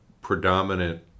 predominant